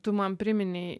tu man priminei